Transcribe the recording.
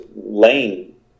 Lane